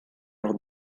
lors